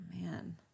man